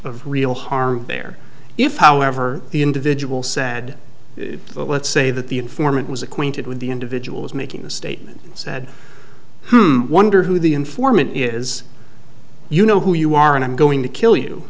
of real harm there if however the individual said let's say that the informant was acquainted with the individuals making the statement said wonder who the informant is you know who you are and i'm going to kill you